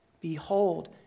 Behold